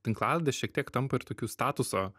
tinklalaidės šiek tiek tampa ir tokiu statuso